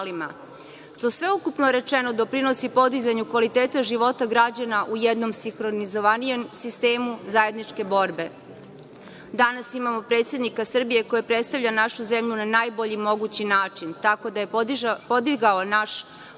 Što sve ukupno rečeno doprinosi podizanju kvaliteta života građana u jednom sinhronizovanijem sistemu zajedničke borbe. Danas imamo predsednika Srbije koji predstavlja našu zemlju na najbolji mogući način, tako da je podigao naš ugled